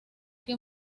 que